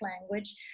language